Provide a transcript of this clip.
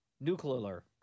Nuclear